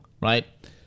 right